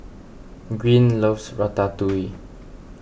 Green loves Ratatouille